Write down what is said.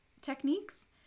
techniques